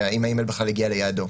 והאם האימייל בכלל הגיע ליעדו.